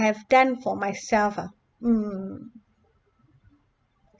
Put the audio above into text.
I have done for myself ah mm